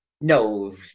No